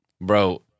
Bro